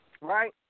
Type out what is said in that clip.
right